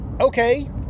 okay